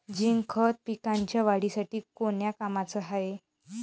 Zinc खत पिकाच्या वाढीसाठी कोन्या कामाचं हाये?